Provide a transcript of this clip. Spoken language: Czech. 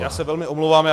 Já se velmi omlouvám.